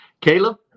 Caleb